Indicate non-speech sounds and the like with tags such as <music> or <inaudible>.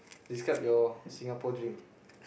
describe your Singapore dream <breath>